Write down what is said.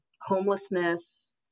homelessness